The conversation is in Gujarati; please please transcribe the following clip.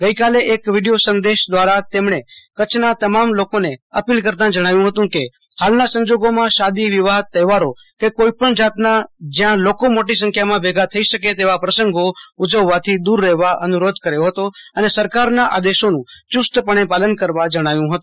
ગઈકાલે એક વિડિયો સંદેશ દવારા તેમણે કચ્છના તમામ લોકોને અપીલ કરતાં જણાંવ્યું હતું કે હાલના સંજોગોમાં શાદી વિવાહ તહવારો ક કોઈપણ જાતના જયાં લોકો મોટી સંખ્યામાં ભગા થઈ શકે તેવા પસંગો ઉજવવાથી દુર રહેવા અનુરોધ કર્યો હતો અને સરકારના આદેશોનું ચુસ્તપણે પાલન કરવા જણાવ્યું હત